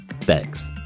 Thanks